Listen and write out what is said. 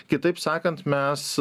kitaip sakant mes